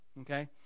okay